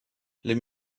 les